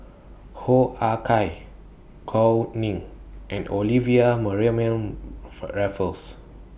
Hoo Ah Kay Gao Ning and Olivia Mariamne Raffles